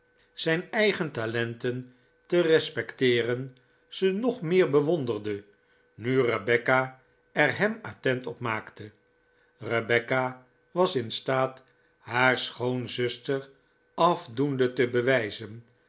zijn eigen talenten te respecteeren ze nog meer bewonderde nu rebecca er hem attent op maakte rebecca was in staat haar schoonzuster afdoende te bewijzen